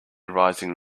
rising